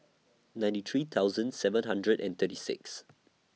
ninety three thousand seven hundred and thirty six